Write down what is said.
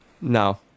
No